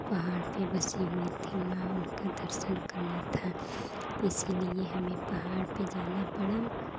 पहाड़ पे बसी हुई थी माँ उनका दर्शन करना था इसलिए हमें पहाड़ पे जाना पड़ा